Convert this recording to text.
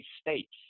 states